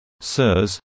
sirs